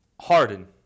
Harden